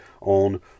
on